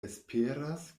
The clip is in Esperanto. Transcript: esperas